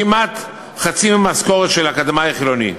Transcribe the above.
כמעט חצי משכורת של אקדמאי חילוני.